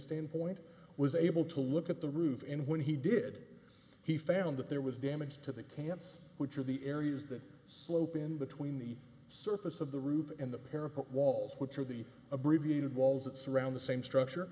standpoint was able to look at the roof and when he did he found that there was damage to the camps which are the areas that slope in between the surface of the roof and the parapet walls which are the abbreviated walls that surround the same structure